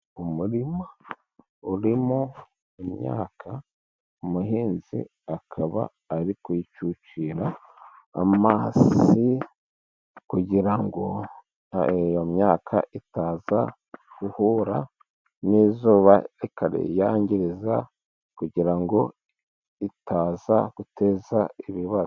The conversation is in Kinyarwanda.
Umurima urimo imyaka, umuhinzi akaba ari kuyisukira amazi, kugira ngo iyo myaka itaza guhura n'izuba rikayangiza, kugira ngo itaza guteza ibibazo.